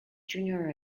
junior